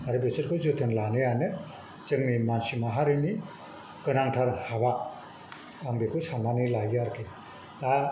आरो बेसोरखौ जोथोन लानायानो जोंनि मानसि माहारिनि गोनांथार हाबा आं बेखौ साननानै लायो आरोकि दा